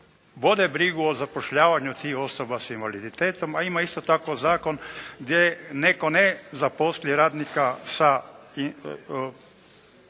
vode brigu o zapošljavanju tih osoba s invaliditetom, a ima isto tako zakon gdje netko ne zaposli radnika sa